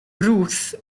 ruth